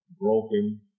broken